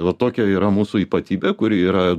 va tokia yra mūsų ypatybė kuri yra